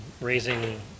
raising